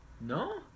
No